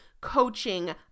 coaching